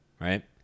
right